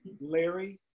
Larry